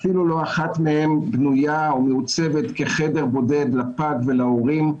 אפילו לא אחת מהן בנויה או מעוצבת כחדר בודד לפג ולהורים,